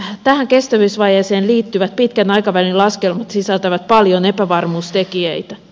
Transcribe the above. tähän kestävyysvajeeseen liittyvät pitkän aikavälin laskelmat sisältävät paljon epävarmuustekijöitä